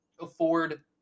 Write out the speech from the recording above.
afford